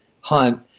hunt